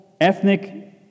Ethnic